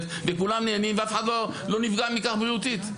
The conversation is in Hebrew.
וכולם נהנים ואף אחד לא נפגע מכך בריאותית.